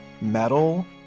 metal